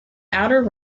outer